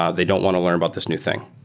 ah they don't want to learn about this new thing.